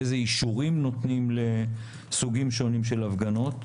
איזה אישורים נותנים לסוגים שונים של הפגנות,